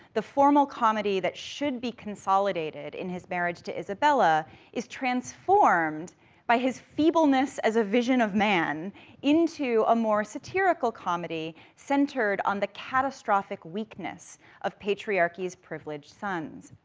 the formal comedy that should be consolidated in his marriage to isabella is transformed by his feebleness as a vision of man into a more satirical comedy, centered on the catastrophic weakness of patriarchy's privileged sons.